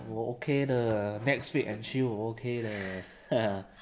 我 okay 的 netflix and chill 我 okay 的